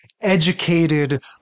educated